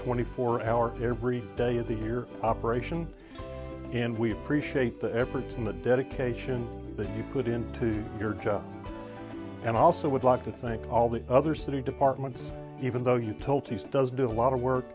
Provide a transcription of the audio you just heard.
twenty four hours here every day of the year operation and we appreciate the efforts and the dedication that you put into your job and i also would like to thank all the other city departments even though you do a lot of work